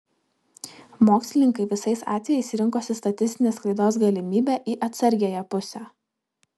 mokslininkai visais atvejais rinkosi statistinės klaidos galimybę į atsargiąją pusę